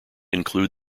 include